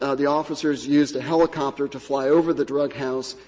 ah the officers used a helicopter to fly over the drug house,